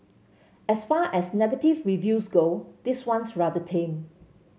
as far as negative reviews go this one's rather tame